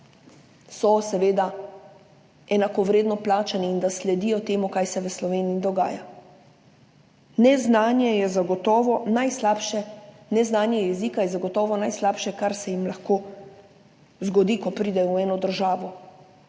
so seveda enakovredno plačani, da sledijo temu, kar se dogaja v Sloveniji. Neznanje jezika je zagotovo najslabše, kar se jim lahko zgodi, ko pridejo v eno državo,